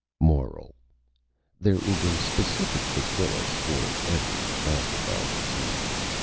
moral there is a specific bacillus for every classified disease.